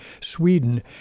Sweden